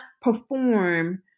perform